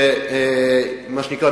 מה שנקרא,